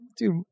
dude